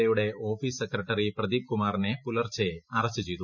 A യുടെ office secretary Pradeep കുമാറിനെ പുലർച്ചെ അറസ്റ്റ് ചെയ്തു